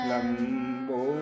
Lambo